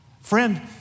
Friend